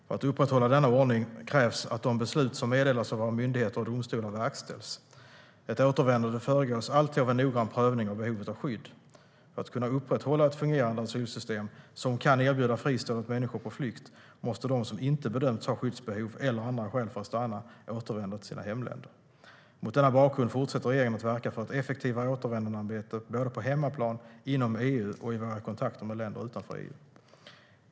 För att upprätthålla denna ordning krävs att de beslut som meddelas av våra myndigheter och domstolar verkställs. Ett återvändande föregås alltid av en noggrann prövning av behovet av skydd. För att kunna upprätthålla ett fungerande asylsystem som kan erbjuda fristad åt människor på flykt måste de som inte bedömts ha skyddsbehov eller andra skäl för att stanna återvända till sina hemländer. Mot denna bakgrund fortsätter regeringen att verka för ett effektivare återvändandearbete, på hemmaplan, inom EU och i våra kontakter med länder utanför EU.